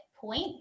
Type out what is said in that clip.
point